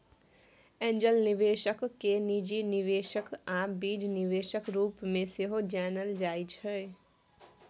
angel निबेशक केँ निजी निबेशक आ बीज निबेशक रुप मे सेहो जानल जाइ छै